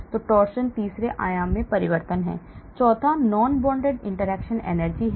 torsion तीसरे आयाम में परिवर्तन है चौथा non bonded interaction energy है